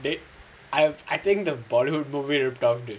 I I think the bollywood movie rubbed off it